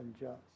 unjust